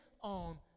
on